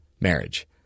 marriage